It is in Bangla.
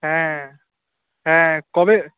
হ্যাঁ হ্যাঁ কবে